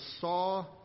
saw